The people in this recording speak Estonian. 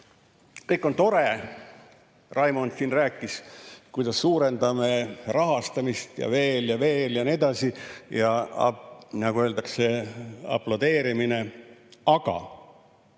Kõik on tore – Raimond siin rääkis, kuidas suurendame rahastamist ja veel ja veel ja nii edasi, ja nagu öeldakse, aplodeerime. Aga